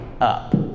up